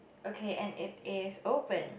okay and it is open